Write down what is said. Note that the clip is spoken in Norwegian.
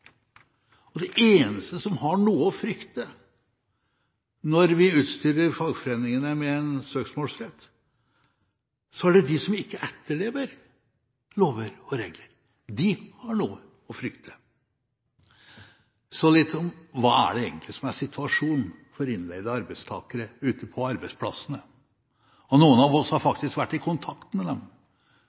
eneste som har noe å frykte når vi utstyrer fagforeningene med en søksmålsrett, er de som ikke etterlever lover og regler. De har noe å frykte. Så litt om hva som egentlig er situasjonen for innleide arbeidstakere ute på arbeidsplassene. Noen av oss har faktisk vært i kontakt med dem.